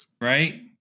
right